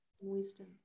wisdom